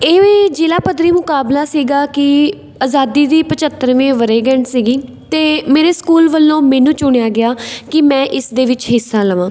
ਇਹ ਜ਼ਿਲ੍ਹਾ ਪੱਧਰੀ ਮੁਕਾਬਲਾ ਸੀਗਾ ਕਿ ਆਜ਼ਾਦੀ ਦੀ ਪੰਝੱਤਰ ਵੀਂ ਵਰ੍ਹੇਗੰਢ ਸੀਗੀ ਅਤੇ ਮੇਰੇ ਸਕੂਲ ਵੱਲੋਂ ਮੈਨੂੰ ਚੁਣਿਆ ਗਿਆ ਕਿ ਮੈਂ ਇਸ ਦੇ ਵਿੱਚ ਹਿੱਸਾ ਲਵਾਂ